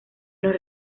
nos